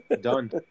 Done